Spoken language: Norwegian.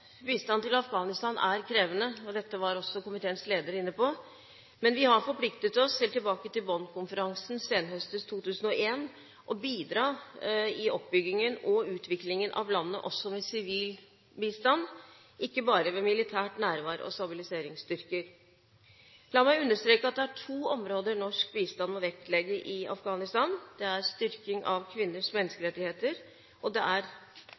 Bistand til Afghanistan er krevende. Dette var også komiteens leder inne på. Men vi har forpliktet oss til – helt tilbake til Bonn-konferansen senhøstes 2001 – å bidra i oppbyggingen og utviklingen av landet også med sivil bistand, ikke bare ved militært nærvær og stabiliseringsstyrker. La meg understreke at det er to områder norsk bistand må vektlegge i Afghanistan: Det er styrking av kvinners menneskerettigheter, og det er